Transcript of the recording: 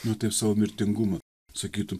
nu tai savo mirtingumą sakytų